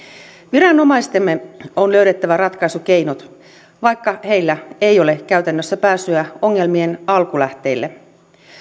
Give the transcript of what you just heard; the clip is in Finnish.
viranomaistemme on löydettävä ratkaisukeinot vaikka heillä ei ole käytännössä pääsyä ongelmien alkulähteille